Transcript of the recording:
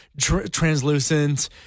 translucent